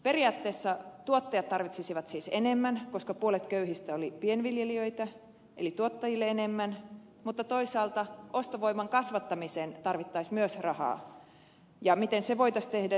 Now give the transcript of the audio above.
periaatteessa tuottajat tarvitsisivat siis enemmän koska puolet köyhistä oli pienviljelijöitä eli tuottajille enemmän mutta toisaalta ostovoiman kasvattamiseen tarvittaisiin myös rahaa ja miten se voitaisiin tehdä